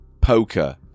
Poker